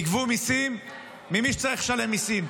תגבו מיסים ממי שצריך לשלם מיסים,